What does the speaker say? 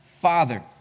Father